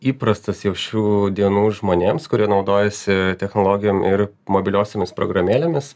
įprastas jau šių dienų žmonėms kurie naudojasi technologijom ir mobiliosiomis programėlėmis